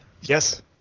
Yes